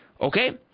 Okay